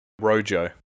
Rojo